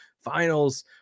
finals